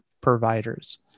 providers